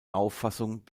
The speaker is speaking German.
auffassung